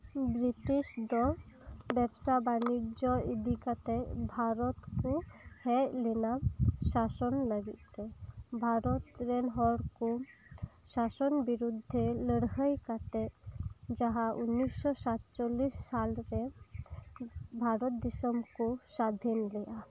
British ᱫᱚ ᱵᱮᱯᱥᱟ ᱵᱟᱱᱤᱡᱚ ᱤᱫᱤ ᱠᱟᱛᱮᱫ ᱵᱷᱟᱨᱚᱛ ᱨᱮ ᱦᱮᱡᱞᱮᱱᱟ ᱥᱟᱥᱚᱱ ᱞᱟᱹᱜᱤᱫ ᱛᱮ ᱵᱷᱟᱨᱚᱛ ᱨᱮᱱ ᱦᱚᱲᱠᱚ ᱥᱟᱥᱚᱱ ᱠᱚ ᱵᱤᱨᱩᱫ ᱨᱮ ᱞᱟᱹᱲᱦᱟᱹᱭ ᱠᱟᱛᱮᱫ ᱡᱟᱦᱟᱸ ᱩᱱᱱᱤᱥᱚ ᱥᱟᱛᱪᱚᱞᱞᱤᱥ ᱥᱟᱞᱨᱮ ᱵᱷᱟᱨᱚᱛ ᱫᱤᱥᱚᱢ ᱠᱚ ᱥᱟᱹᱫᱷᱤᱱ ᱞᱮᱫᱟ